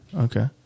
Okay